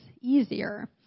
easier